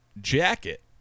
jacket